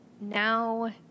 now